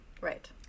Right